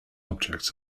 objects